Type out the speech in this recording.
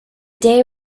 day